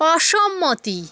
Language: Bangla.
অসম্মতি